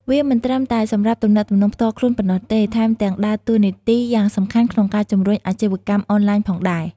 វាមិនត្រឹមតែសម្រាប់ទំនាក់ទំនងផ្ទាល់ខ្លួនប៉ុណ្ណោះទេ ថែមទាំងដើរតួនាទីយ៉ាងសំខាន់ក្នុងការជំរុញអាជីវកម្មអនឡាញផងដែរ។